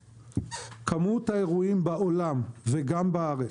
כמות האירועים הבטיחותיים בעולם וגם בארץ,